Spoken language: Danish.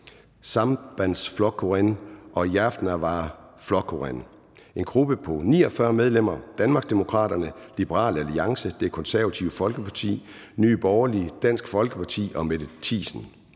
Sambandsflokkurin (SP) og Javnaðarflokkurin (JF); en gruppe på 49 medlemmer: Danmarksdemokraterne, Liberal Alliance, Det Konservative Folkeparti, Nye Borgerlige, Dansk Folkeparti og Mette Thiesen